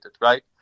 right